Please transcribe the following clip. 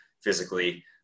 physically